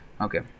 okay